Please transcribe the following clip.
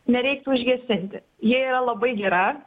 nereiktų užgesinti ji yra labai gera